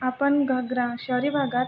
आपण घ ग्रा शहरी भागात